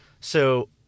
so-